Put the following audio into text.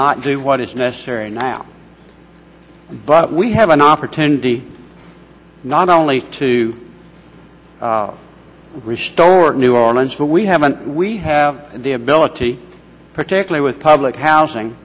not do what is necessary now but we have an opportunity not only to restore new orleans but we haven't we have the ability particularly with public housing